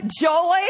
joy